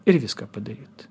ir viską padaryt